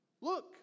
Look